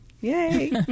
Yay